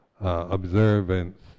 observance